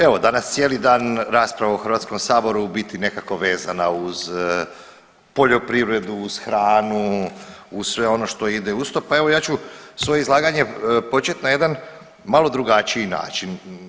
Evo danas cijeli dan rasprava u HS je u biti nekako vezana uz poljoprivredu, uz hranu, uz sve ono što ide uz to, pa evo ja ću svoje izlaganje počet na jedan malo drugačiji način.